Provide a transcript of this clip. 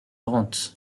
rente